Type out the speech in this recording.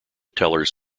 tellers